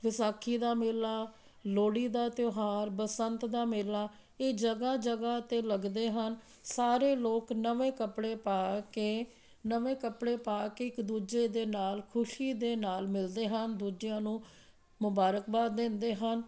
ਵਿਸਾਖੀ ਦਾ ਮੇਲਾ ਲੋਹੜੀ ਦਾ ਤਿਉਹਾਰ ਬਸੰਤ ਦਾ ਮੇਲਾ ਇਹ ਜਗ੍ਹਾ ਜਗ੍ਹਾ 'ਤੇ ਲੱਗਦੇ ਹਨ ਸਾਰੇ ਲੋਕ ਨਵੇਂ ਕੱਪੜੇ ਪਾ ਕੇ ਨਵੇਂ ਕੱਪੜੇ ਪਾ ਕੇ ਇੱਕ ਦੂਜੇ ਦੇ ਨਾਲ ਖੁਸ਼ੀ ਦੇ ਨਾਲ ਮਿਲਦੇ ਹਨ ਦੂਜਿਆਂ ਨੂੰ ਮੁਬਾਰਕਬਾਦ ਦਿੰਦੇ ਹਨ